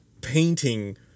painting